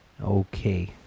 Okay